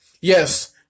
Yes